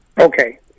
Okay